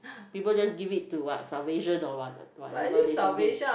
people just give it to what salvation or what whatever they donate